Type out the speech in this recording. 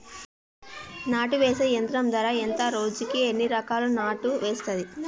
నాటు వేసే యంత్రం ధర ఎంత రోజుకి ఎన్ని ఎకరాలు నాటు వేస్తుంది?